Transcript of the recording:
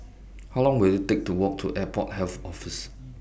How Long Will IT Take to Walk to Airport Health Office